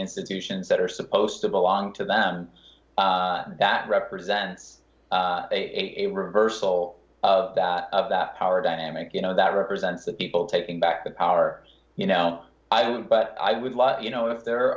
institutions that are supposed to belong to them that represents a reversal of that of that power dynamic you know that represents the people taking back the power you know i don't but i would like you know if there